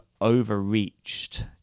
overreached